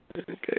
Okay